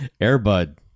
Airbud